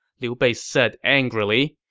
liu bei said angrily.